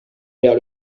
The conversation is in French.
vers